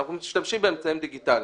אנחנו משתמשים באמצעים דיגיטליים.